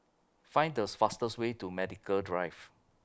Find This fastest Way to Medical Drive